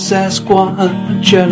Sasquatch